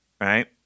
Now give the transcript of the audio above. right